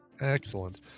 Excellent